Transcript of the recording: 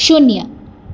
શૂન્ય